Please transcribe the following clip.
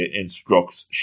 instructs